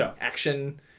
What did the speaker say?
action